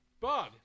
Bug